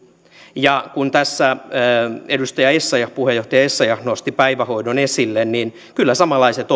ja kun tässä edustaja essayah puheenjohtaja essayah nosti päivähoidon esille niin kyllä samanlaiset